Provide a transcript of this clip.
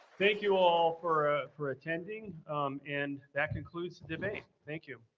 thank you all for ah for attending and that concludes the debate. thank you.